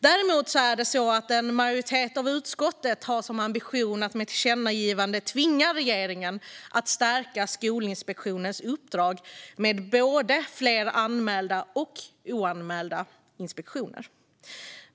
Däremot är det så att en majoritet av utskottet har som ambition att med ett tillkännagivande tvinga regeringen att stärka Skolinspektionens uppdrag med fler både anmälda och oanmälda inspektioner.